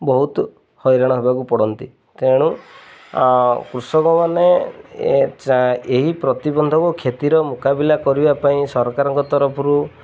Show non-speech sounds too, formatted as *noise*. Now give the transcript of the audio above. ବହୁତ ହଇରାଣ ହେବାକୁ ପଡ଼ନ୍ତି ତେଣୁ କୃଷକମାନେ *unintelligible* ଏହି ପ୍ରତିିବନ୍ଧକୁ କ୍ଷତିର ମୁକାବିଲା କରିବା ପାଇଁ ସରକାରଙ୍କ ତରଫରୁ